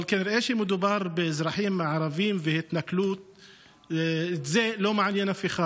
אבל כנראה שכשמדובר בהתנכלות לאזרחים ערבים זה לא מעניין אף אחד.